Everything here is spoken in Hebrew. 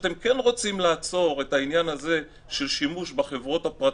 אתם כן רוצים לעצור את העניין הזה של שימוש בחברות הפרטיות.